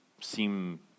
seem